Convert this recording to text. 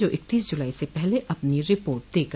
जो इक्तीस जुलाई से पहले अपनी रिपोर्ट देगा